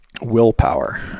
willpower